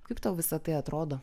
kaip tau visa tai atrodo